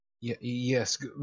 yes